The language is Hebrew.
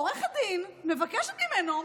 עורכת דין מבקשת ממנו,